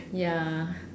ya